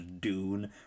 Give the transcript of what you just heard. Dune